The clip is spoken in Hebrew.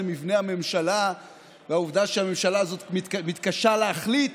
מבנה הממשלה והעובדה שהממשלה הזאת מתקשה להחליט,